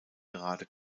gerade